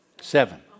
Seven